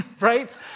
Right